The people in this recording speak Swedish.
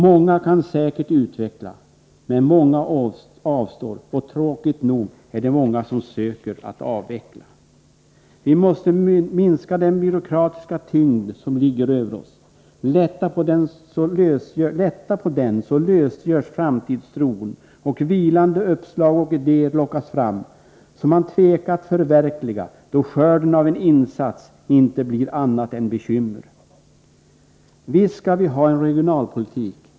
Många kan säkert utveckla, men många avstår, och tråkigt nog är det många som söker avveckla. Vi måste minska den byråkratiska tyngd som ligger över oss. Lätta på den, så lösgörs framtidstron, och vilande uppslag och idéer lockas fram, som man tvekat att förverkliga, då skörden av en insats inte blir annat än bekymmer. Visst skall vi ha en regionalpolitik!